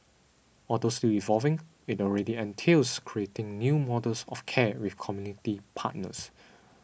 although still evolving it already entails creating new models of care with community partners